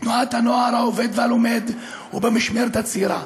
בתנועת הנוער העובד והלומד ובמשמרת הצעירה.